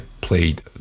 played